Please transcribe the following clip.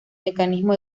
mecanismo